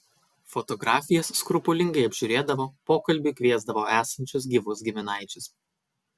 fotografijas skrupulingai apžiūrėdavo pokalbiui kviesdavo esančius gyvus giminaičius